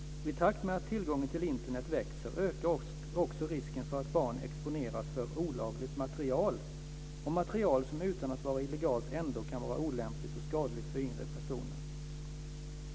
I takt med att tillgången till Internet växer ökar också risken för att barn exponeras för olagligt material och material som utan att vara illegalt ändå kan vara olämpligt och skadligt för yngre personer.